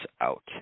out